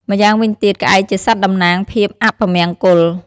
ម្យ៉ាងវិញទៀតក្អែកជាសត្វតំណាងភាពអពមង្គល។